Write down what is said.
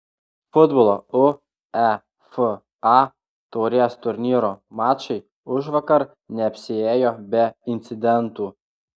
futbolo uefa taurės turnyro mačai užvakar neapsiėjo be incidentų